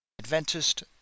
Adventist